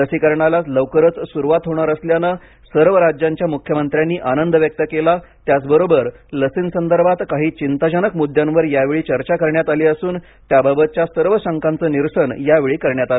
लसीकरणाला लवकरच सुरुवात्र होणार असल्याने सर्व राज्याच्या मुख्यमंत्र्यांनी आनंद व्यक्त केला त्याचबरोबर लर्सीसंदर्भात काही चिंताजनक मुद्द्यांवर यावेळी चर्चा करण्यात आली असून त्याबाबतच्या सर्व शंकांचे यावेळी निरसन करण्यात आले